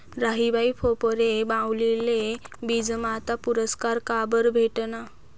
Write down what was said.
राहीबाई फोफरे माउलीले बीजमाता पुरस्कार काबरं भेटना?